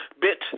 bit